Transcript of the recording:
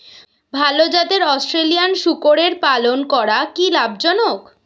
ভাল জাতের অস্ট্রেলিয়ান শূকরের পালন করা কী লাভ জনক?